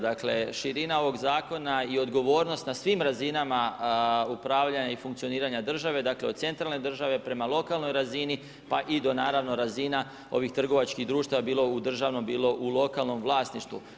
Dakle širina ovog zakona i odgovornost na svim razinama upravljanja i funkcioniranje države, dakle, od centralne države, prema lokalnoj razini, pa i do naravno razina, ovih trgovačkih društva, bilo u državnom bilo u lokalnom vlasništvu.